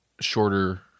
shorter